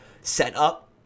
setup